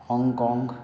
Hong Kong